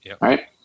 right